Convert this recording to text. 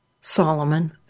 Solomon